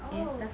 oh